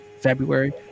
February